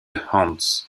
hans